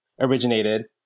originated